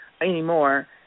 anymore